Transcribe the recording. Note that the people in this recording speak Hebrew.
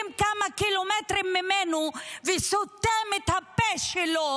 כמה קילומטרים ממנו וסותם את הפה שלו,